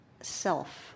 self